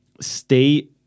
stay